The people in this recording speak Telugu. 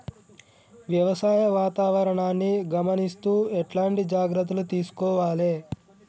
వ్యవసాయ వాతావరణాన్ని గమనిస్తూ ఎట్లాంటి జాగ్రత్తలు తీసుకోవాలే?